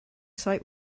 site